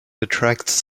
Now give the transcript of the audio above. attracts